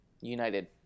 United